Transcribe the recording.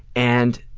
and